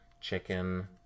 chicken